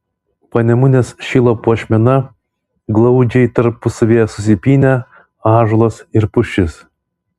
panemunės šilo puošmena glaudžiai tarpusavyje susipynę ąžuolas ir pušis